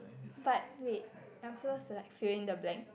but wait I am so select fill in the blank